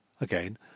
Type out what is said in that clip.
Again